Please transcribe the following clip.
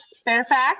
fairfax